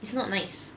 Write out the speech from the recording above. it's not nice